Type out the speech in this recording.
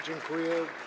Dziękuję.